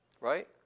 right